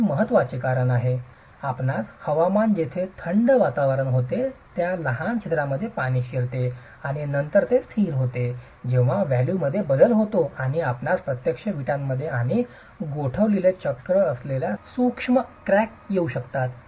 हे महत्वाचे आहे कारण आपणास हवामानात जेथे थंड वातावरण थंड होते त्या लहान छिद्रांमध्ये पाणी शिरते आणि नंतर ते स्थिर होते तेव्हा व्हॉल्यूममध्ये बदल होतो आणि आपण प्रत्यक्षात विटामध्ये आणि गोठविलेले चक्र असलेल्या सूक्ष्म क्रॅक येऊ शकतात